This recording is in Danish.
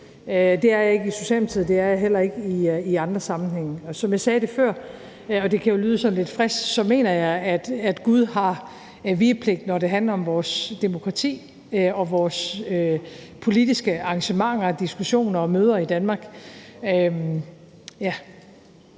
Det er jeg ikke i Socialdemokratiet, det er jeg heller ikke i andre sammenhænge. Som jeg sagde det før, og det kan jo lyde sådan lidt frisk, så mener jeg, at Gud har vigepligt, når det handler om vores demokrati og vores politiske arrangementer og diskussioner og møder i Danmark. Kl.